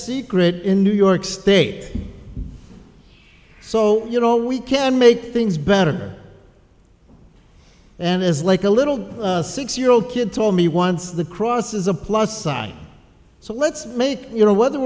secret in new york state so you know we can make things better and as like a little six year old kid told me once the cross is a plus sign so let's make you know whether